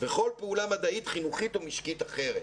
וכל פעולה מדעית, חינוכית או משקית אחרת".